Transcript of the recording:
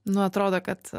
nu atrodo kad